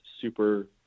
super